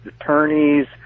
attorneys